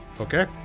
Okay